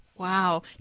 Wow